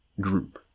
group